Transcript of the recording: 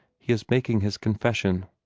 he is making his confession,